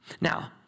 Now